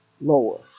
lower